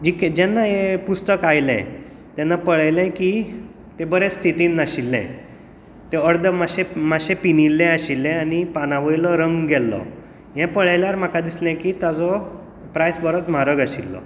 जी जेन्ना हें पुस्तक आयलें तेन्ना पळयलें की तें बरें स्थितींत नाशिल्लें ते अर्द मातशें मातशें पिंजिल्लें आशिल्लें आनी पानां वयलो रंग गेल्लो हें पळयल्यार म्हाका दिसलें की ताचो प्रायस बरोच म्हारग आशिल्लो